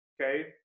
Okay